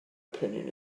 opinion